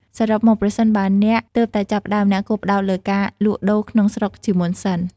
សរុបមក ប្រសិនបើអ្នកទើបតែចាប់ផ្តើម អ្នកគួរផ្តោតលើការលក់ដូរក្នុងស្រុកជាមុនសិន។